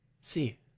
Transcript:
See